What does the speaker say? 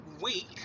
week